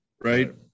right